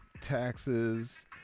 taxes